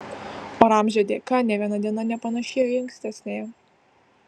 o ramzio dėka nė viena diena nepanašėjo į ankstesniąją